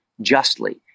justly